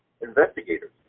investigators